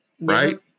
Right